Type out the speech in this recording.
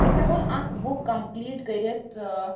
أسۍ ہیٚکہون اکھ بُک کَمپٕلیٖٹ کٔرِتھ ٲں